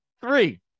Three